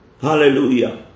Hallelujah